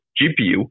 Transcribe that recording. GPU